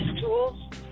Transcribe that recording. tools